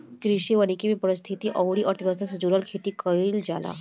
कृषि वानिकी में पारिस्थितिकी अउरी अर्थव्यवस्था से जुड़ल खेती कईल जाला